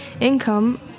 income